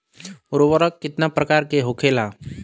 उर्वरक कितना प्रकार के होखेला?